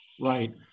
Right